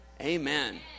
Amen